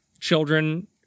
children